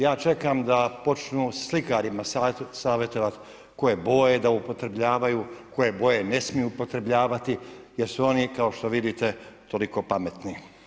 Ja čekam da počnu slikarima savjetovati koje boje da upotrebljavaju, koje boje ne smiju upotrebljavati, jer su oni kao što vidite toliko pametni.